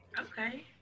Okay